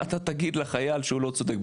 אתה תגיד לחייל שהוא לא צודק,